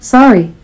Sorry